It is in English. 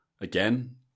again